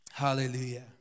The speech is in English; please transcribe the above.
Hallelujah